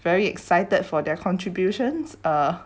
very excited for their contributions uh